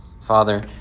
Father